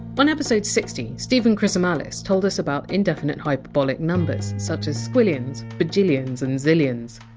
on episode sixty, stephen chrisomalis told us about indefinite hyperbolic numbers, such as squillions, bajillions, and zillions.